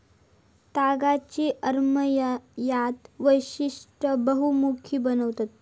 तागाची अमर्याद वैशिष्टा बहुमुखी बनवतत